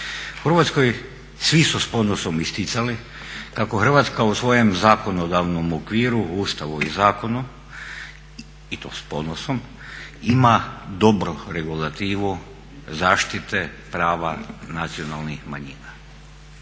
Hrvatskoj svi su s ponosom isticali kako Hrvatska u svojem zakonodavnom okviru, u Ustavu i zakonu i to s ponosom ima dobru regulativu zaštite prava nacionalnih manjina.